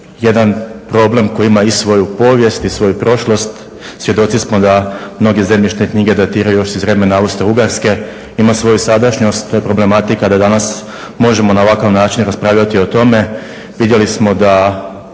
jedan problem koji ima i svoju povijest i svoju prošlost. Svjedoci smo da mnoge zemljišne knjige datiraju još iz vremena Austro-ugarske, ima svoju sadašnjost. To je problematika da danas možemo na ovakav način raspravljati o tome. Vidjeli smo da,